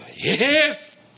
Yes